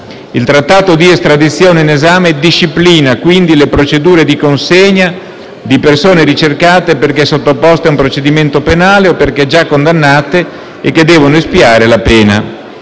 Il Trattato di estradizione in esame disciplina, quindi, le procedure di consegna di persone ricercate perché sottoposte ad un procedimento penale o perché già condannate e che devono espiare la pena.